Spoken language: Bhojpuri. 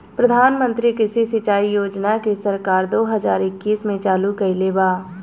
प्रधानमंत्री कृषि सिंचाई योजना के सरकार दो हज़ार इक्कीस में चालु कईले बा